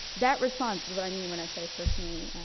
that response is what i mean when i say personally,